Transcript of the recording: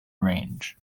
range